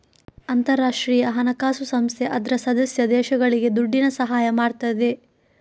ಅಂತಾರಾಷ್ಟ್ರೀಯ ಹಣಕಾಸು ಸಂಸ್ಥೆ ಅದ್ರ ಸದಸ್ಯ ದೇಶಗಳಿಗೆ ದುಡ್ಡಿನ ಸಹಾಯ ಮಾಡ್ತದೆ